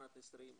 שנת 2020,